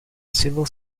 civil